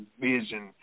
vision